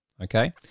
Okay